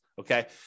okay